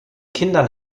kindern